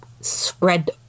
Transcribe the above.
spread